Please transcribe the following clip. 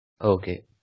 Okay